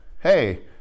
hey